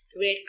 red